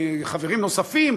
חברים נוספים,